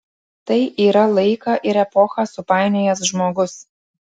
tai yra laiką ir epochą supainiojęs žmogus